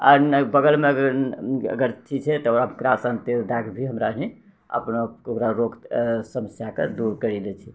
बगलमे अगर अथि छै तऽ ओकरा किरासन तेल धऽ के भि हमरारि अपना ओकरा रोक समस्याके दूर करि दै छियै